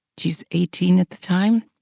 she's eighteen at the time.